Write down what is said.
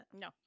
No